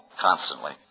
constantly